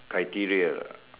criteria lah